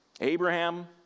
Abraham